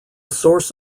source